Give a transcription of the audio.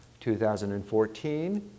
2014